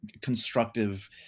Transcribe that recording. constructive